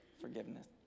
forgiveness